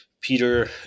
Peter